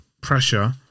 pressure